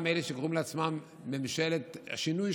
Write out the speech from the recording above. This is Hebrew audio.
אלה שקוראים לעצמם "ממשלת השינוי",